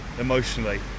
emotionally